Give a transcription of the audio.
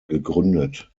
gegründet